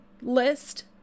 list